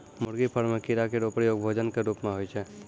मुर्गी फार्म म कीड़ा केरो प्रयोग भोजन क रूप म होय छै